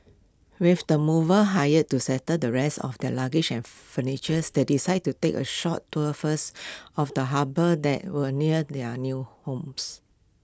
with the movers hired to settle the rest of their luggage and furniture's they decided to take A short tour first of the harbour that ware near their new home